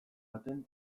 baten